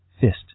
fist